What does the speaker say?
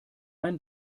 ein